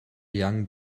young